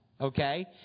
Okay